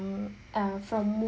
err from